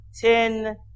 ten